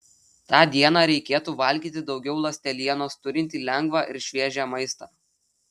tą dieną reikėtų valgyti daugiau ląstelienos turintį lengvą ir šviežią maistą